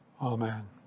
Amen